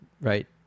right